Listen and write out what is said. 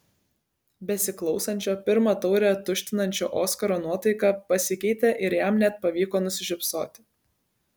besiklausančio pirmą taurę tuštinančio oskaro nuotaika pasikeitė ir jam net pavyko nusišypsoti